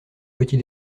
petit